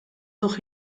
dut